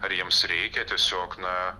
ar jiems reikia tiesiog na